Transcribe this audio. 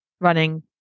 running